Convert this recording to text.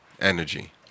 energy